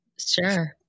Sure